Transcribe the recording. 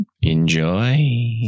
Enjoy